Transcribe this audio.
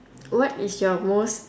what is your most